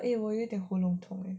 eh 我有一点喉咙痛 eh